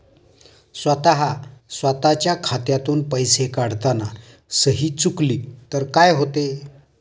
स्वतः स्वतःच्या खात्यातून पैसे काढताना सही चुकली तर काय होते?